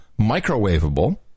microwavable